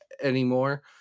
anymore